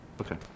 Okay